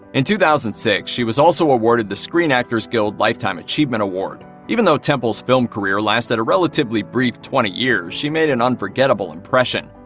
in two thousand and six, she was also awarded the screen actors guild lifetime achievement award. even though temple's film career lasted a relatively brief twenty years, she made an unforgettable impression.